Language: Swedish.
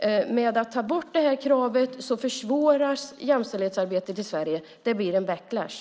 Om kravet tas bort försvåras jämställdhetsarbetet i Sverige. Det blir en backlash.